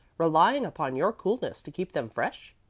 relying upon your coolness to keep them fresh?